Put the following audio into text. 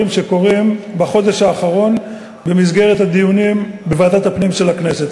שקורים בחודש האחרון במסגרת הדיונים בוועדת הפנים של הכנסת.